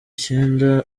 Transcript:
icyenda